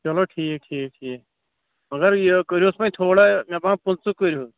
چلو ٹھیٖک ٹھیٖک ٹھِیٖک مگر یہِ کٔرۍہوٗس وۅنۍ تھوڑا مےٚ باسان پٍنٛژٕ کٔرۍہوٗس